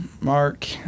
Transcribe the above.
Mark